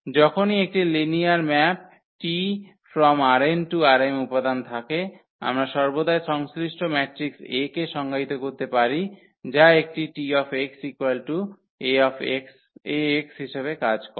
যখনই একটি linear map T ℝn → ℝm উপাদান থাকে আমরা সর্বদাই সংশ্লিষ্ট ম্যাট্রিক্স A কে সংজ্ঞায়িত করতে পারি যা একটি 𝑇 Ax হিসাবে কাজ করবে